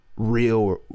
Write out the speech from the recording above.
real